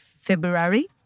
February